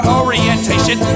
orientation